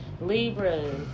Libras